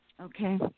Okay